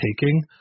taking